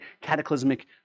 cataclysmic